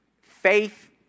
faith